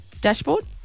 dashboard